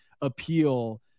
appeal